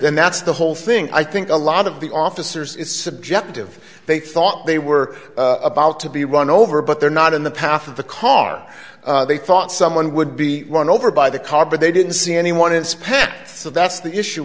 and that's the whole thing i think a lot of the officers is subjective they thought they were about to be run over but they're not in the path of the car they thought someone would be run over by the car but they didn't see anyone inspect so that's the issue